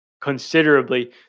considerably